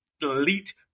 elite